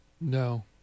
No